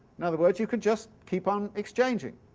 in other words you can just keep on exchanging.